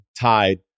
tied